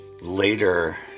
Later